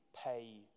pay